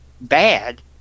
bad